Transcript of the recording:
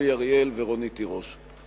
אורי אריאל ורונית תירוש.